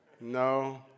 No